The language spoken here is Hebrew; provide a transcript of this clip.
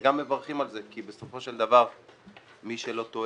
גם מברכים על כך כי בסופו של דבר מי שלא טועה,